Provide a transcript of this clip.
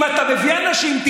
אם אתה מביא אנשים,